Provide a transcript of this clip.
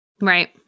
right